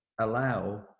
allow